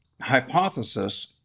hypothesis